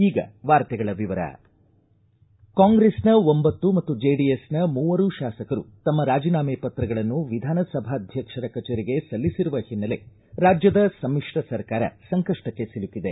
ಈಗ ವಾರ್ತೆಗಳ ವಿವರ ಕಾಂಗ್ರೆಸ್ನ ಒಂಬತ್ತು ಮತ್ತು ಜೆಡಿಎಸ್ನ ಮೂವರು ಶಾಸಕರು ತಮ್ಮ ರಾಜಿನಾಮೆ ಪತ್ರಗಳನ್ನು ವಿಧಾನಸಭಾಧ್ಯಕ್ಷರ ಕಚೇರಿಗೆ ಸಲ್ಲಿಸಿರುವ ಹಿನ್ನೆಲೆ ರಾಜ್ಯದ ಸಮಿಶ್ರ ಸರ್ಕಾರ ಸಂಕಷ್ಟಕ್ಕೆ ಸಿಲುಕಿದೆ